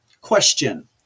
Question